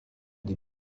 des